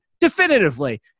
definitively